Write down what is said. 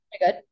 good